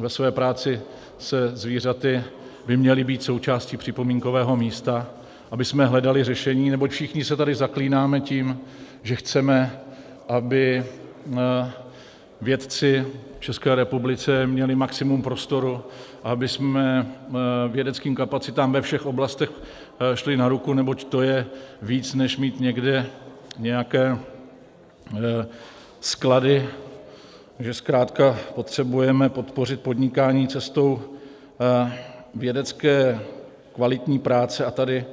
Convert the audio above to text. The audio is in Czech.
ve své práci se zvířaty, by měly být součástí připomínkového místa, abychom hledali řešení, neboť všichni se tady zaklínáme tím, že chceme, aby vědci v České republice měli maximum prostoru a abychom vědeckým kapacitám ve všech oblastech šli na ruku, neboť to je víc než mít někde nějaké sklady, že zkrátka potřebujeme podpořit podnikání cestou vědecké kvalitní práce, a tady